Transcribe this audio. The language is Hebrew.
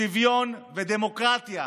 שוויון ודמוקרטיה.